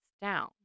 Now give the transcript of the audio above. down